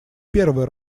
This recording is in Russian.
первый